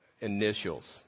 initials